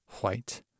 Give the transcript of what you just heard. white